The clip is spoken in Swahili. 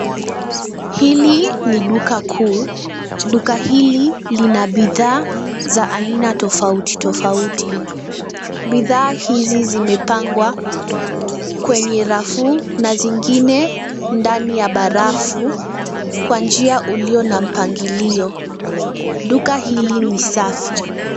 Hili ni duka kuu. Duka hili lina bidhaa za aina tofauti tofauti. Bidhaa hizi zimepangwa kwenye rafu na zingine ndani ya barafu kwa njia uliona mpangilio. Duka hili ni safi.